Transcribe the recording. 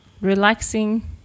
relaxing